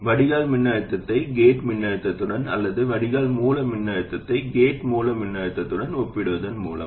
வடிகால் மின்னழுத்தத்தை கேட் மின்னழுத்தத்துடன் அல்லது வடிகால் மூல மின்னழுத்தத்தை கேட் மூல மின்னழுத்தத்துடன் ஒப்பிடுவதன் மூலம்